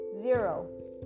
zero